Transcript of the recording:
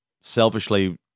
selfishly